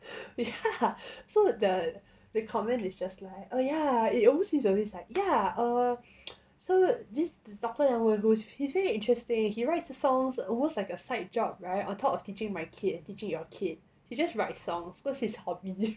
ya so the the comment is just like err yeah it almost like like yeah err so this doctor liang wen fu he's really interesting he writes songs almost like a side job right on top of teaching my kids and teaching your kid he just write songs because his hobby